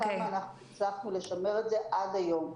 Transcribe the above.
וכמה הצלחנו לשמר את זה עד היום.